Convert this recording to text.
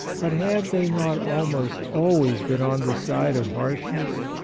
but have they not almost always been on the side of harsh ness?